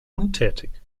untätig